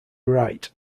wright